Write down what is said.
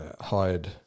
hired